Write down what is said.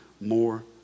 more